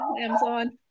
amazon